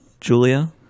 julia